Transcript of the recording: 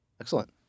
Excellent